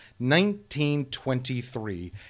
1923